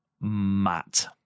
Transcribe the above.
Matt